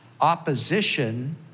opposition